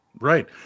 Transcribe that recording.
Right